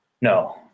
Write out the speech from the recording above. no